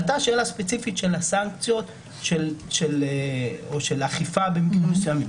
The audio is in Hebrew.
עלתה שאלה ספציפית של הסנקציות או של אכיפה במקרים מסוימים.